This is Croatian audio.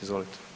Izvolite.